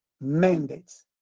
mandates